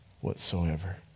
whatsoever